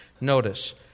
Notice